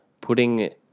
putting